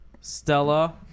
Stella